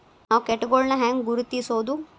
ನಾವ್ ಕೇಟಗೊಳ್ನ ಹ್ಯಾಂಗ್ ಗುರುತಿಸೋದು?